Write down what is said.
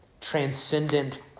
transcendent